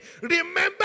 remember